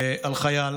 על חייל